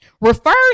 refers